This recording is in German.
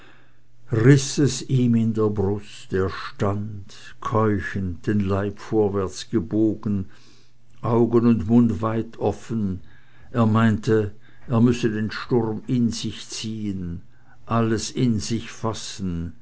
es ihm in der brust er stand keuchend den leib vorwärts gebogen augen und mund weit offen er meinte er müsse den sturm in sich ziehen alles in sich fassen